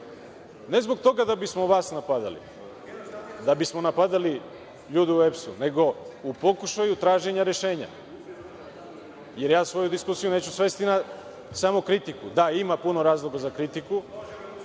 ne zbog toga da bismo vas napadali, da bismo napadali ljude u EPS, nego u pokušaju traženja rešenja, jer ja svoju diskusiju neću svesti samo na kritiku. Da, ima puno razloga za kritiku